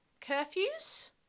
curfews